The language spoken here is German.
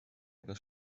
etwas